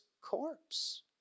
corpse